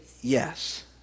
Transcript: yes